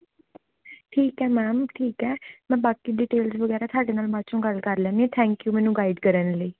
ਠੀਕ ਹੈ ਮੈਮ ਠੀਕ ਹੈ ਮੈਂ ਬਾਕੀ ਡੀਟੇਲਜ ਵਗੈਰਾ ਤੁਹਾਡੇ ਨਾਲ਼ ਬਾਅਦ 'ਚੋ ਗੱਲ ਕਰ ਲੈਂਦੀ ਆ ਥੈਂਕ ਯੂ ਮੈੈਨੂੰ ਗਾਈਡ ਕਰਨ ਲਈ